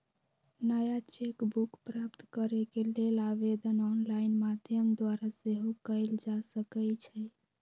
नया cheque book प्राप्त करेके लेल आवेदन ऑनलाइन माध्यम द्वारा सेहो कएल जा सकइ छै